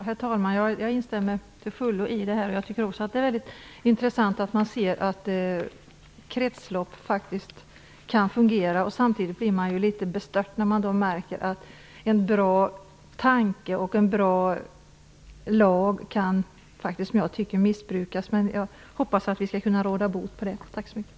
Herr talman! Jag instämmer till fullo i detta. Jag tycker också att det är väldigt intressant att man ser att kretslopp faktiskt kan fungera. Samtidigt blir man litet bestört när man märker att en bra tanke och en bra lag kan missbrukas. Jag hoppas att vi skall kunna råda bot mot det. Tack så mycket!